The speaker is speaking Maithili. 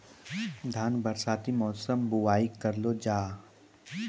धान बरसाती मौसम बुवाई करलो जा?